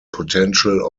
potential